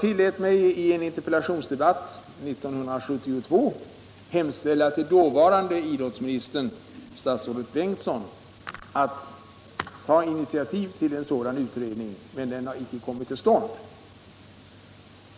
I en interpellationsdebatt 1972 hemställde jag till dåvarande idrottsministern, statsrådet Bengtsson, att ta initiativ till en sådan utredning, men den har inte kommit till stånd.